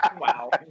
Wow